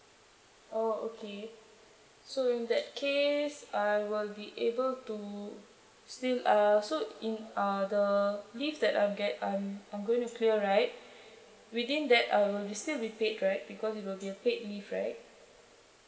oh okay so in that case I will be able to still uh so in uh the leave that I'll get I'm I'm going to clear right within that I will still be paid right because it will be paid leave right